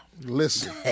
listen